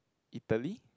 Italy